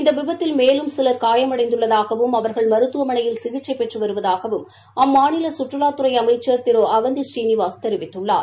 இந்த விபத்தில் மேலும் சிலர் காயமடைந்துள்ளதாகவும் அவர்ள் மருத்துவமனையில் சிகிச்சை பெற்று வருவதாவும் அம்மாநில சுற்றுவாத்துறை அமைச்சள் திரு அவந்தி ஸ்ரீநிவாஸ் தெரிவித்துள்ளார்